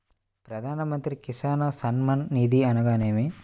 ప్రధాన మంత్రి కిసాన్ సన్మాన్ నిధి అనగా ఏమి?